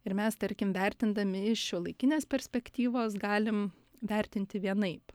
ir mes tarkim vertindami iš šiuolaikinės perspektyvos galim vertinti vienaip